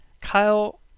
Kyle